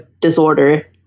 disorder